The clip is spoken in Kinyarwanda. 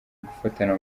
gufatana